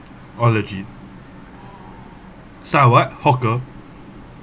oh legit start a what hawker